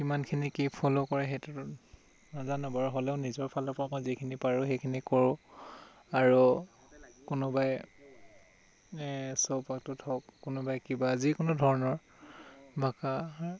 কিমানখিনি কি ফ'ল' কৰে সেইটোতো নাজানো বাৰু হ'লও নিজৰ ফালৰ পৰা মই যিখিনি পাৰো সেইখিনি কৰো আৰু কোনোবাই চৌপাশটোত হওক কোনোবাই কিবা যিকোনো ধৰণৰ ভাষা